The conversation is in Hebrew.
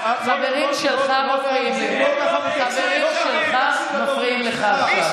חברים שלך, חברים שלך מפריעים לך עכשיו.